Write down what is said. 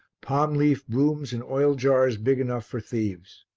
palm-leaf brooms and oil-jars big enough for thieves.